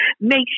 Make